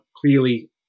Clearly